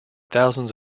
thousands